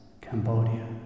Cambodia